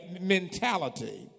mentality